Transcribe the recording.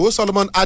Solomon